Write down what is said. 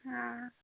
हां